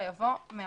יבוא "ו-100ב".